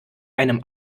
einem